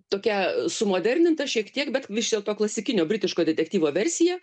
tokia sumoderninta šiek tiek bet viš dėlto klasikinio britiško detektyvo versija